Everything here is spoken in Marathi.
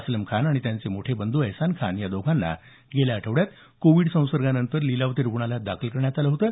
असलम खान आणि त्यांचे मोठे बंधू एहसान खान या दोघांना गेल्या आठवड्यात कोविड संसर्गानंतर लिलावती रुग्णालयात दाखल करण्यात आलं होतं